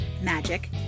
magic